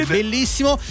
bellissimo